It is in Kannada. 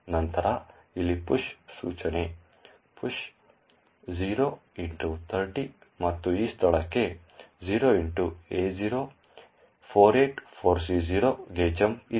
ನಂತರ ಇಲ್ಲಿ ಪುಶ್ ಸೂಚನೆ ಪುಶ್ 0x30 ಮತ್ತು ಈ ಸ್ಥಳಕ್ಕೆ 0xA0484C0 ಗೆ ಜಂಪ್ ಇದೆ